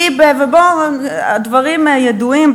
הדברים ידועים.